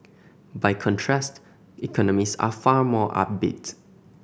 by contrast economists are far more upbeat